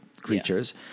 creatures